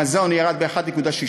מחיר המזון ירד ב-1.6%,